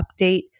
update